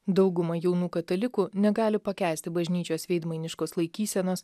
dauguma jaunų katalikų negali pakęsti bažnyčios veidmainiškos laikysenos